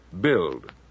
Build